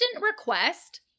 request